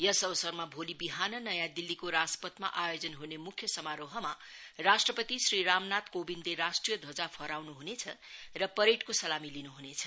यस अवसरमा भोलि बिहान नयाँ दिल्लीको राजपथमा आयोजना हने मुख्य समारोहमा राष्ट्रपति श्री रामनाथ कोविन्दले राष्ट्रिय द्वजा फहराउन् ह्नेछ र परेडको सलामी लिन् ह्नेछ